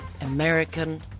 American